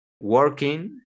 working